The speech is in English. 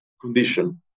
condition